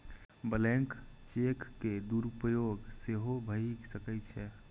blank cheque के दुरुपयोग सेहो भए सकै छै